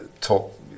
talk